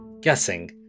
guessing